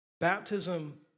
Baptism